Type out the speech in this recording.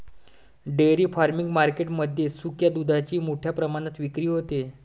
dairy farming market मध्ये सुक्या दुधाची मोठ्या प्रमाणात विक्री होते